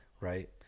right